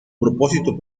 propósito